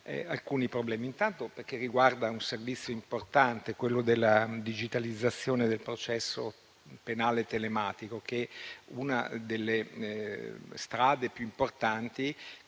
alcuni problemi che riguardano un servizio importante, quello della digitalizzazione del processo penale telematico, una delle strade più importanti